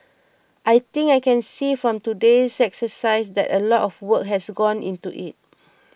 I think I can see from today's exercise that a lot of work has gone into it